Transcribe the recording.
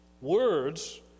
words